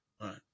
right